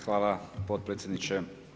Hvala potpredsjedniče.